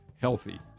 healthy